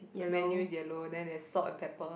menu is yellow then there's salt and pepper